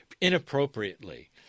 inappropriately